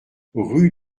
rue